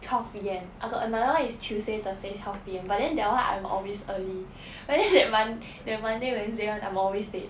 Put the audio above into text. twelve P_M I got another one is tuesday thursday twelve P_M but then that one I'm always early whereas that mon~ that monday wednesday one I'm always late